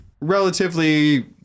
relatively